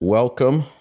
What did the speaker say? Welcome